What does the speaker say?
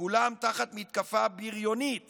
כולם תחת מתקפה בריונית